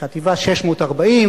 חטיבה 640,